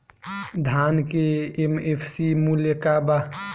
धान के एम.एफ.सी मूल्य का बा?